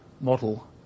model